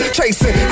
chasing